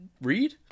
read